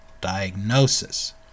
diagnosis